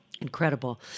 Incredible